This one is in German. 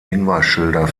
hinweisschilder